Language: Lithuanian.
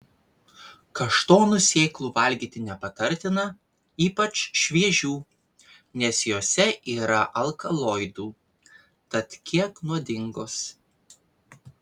kaštonų sėklų valgyti nepatartina ypač šviežių nes jose yra alkaloidų tad kiek nuodingos